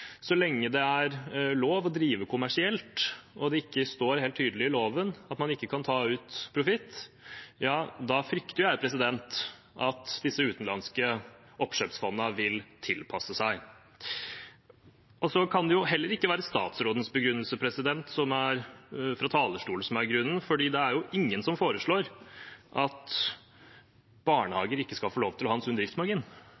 Så lenge det er lov å drive kommersielt, og det ikke står helt tydelig i loven at man ikke kan ta ut profitt, frykter jeg at disse utenlandske oppkjøpsfondene vil tilpasse seg. Så kan det heller ikke være statsrådens begrunnelse fra talerstolen som er grunnen, for det er ingen som foreslår at